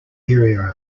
area